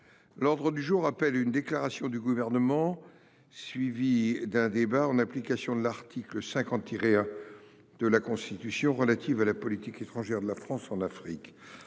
L'ordre du jour appelle une déclaration du gouvernement suivie d'un débat en application de l'article 50 tirée. De la Constitution relatives à la politique. Bonjour, la France en Afrique.